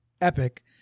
epic